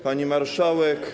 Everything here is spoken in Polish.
Pani Marszałek!